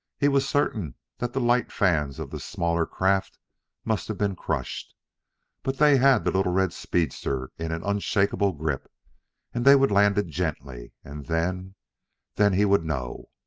he was certain that the light fans of the smaller craft must have been crushed but they had the little red speedster in an unshakable grip and they would land it gently. and then then he would know!